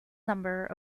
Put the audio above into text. number